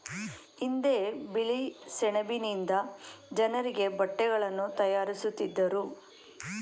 ಹಿಂದೆ ಬಿಳಿ ಸೆಣಬಿನಿಂದ ಜನರಿಗೆ ಬಟ್ಟೆಗಳನ್ನು ತಯಾರಿಸುತ್ತಿದ್ದರು